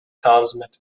cosmic